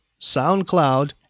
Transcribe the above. SoundCloud